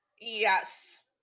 Yes